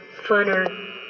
Funner